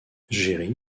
géry